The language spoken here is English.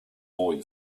boy